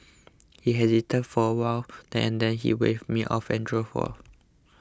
he hesitated for a while then and then he waved me off and drove for